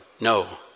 No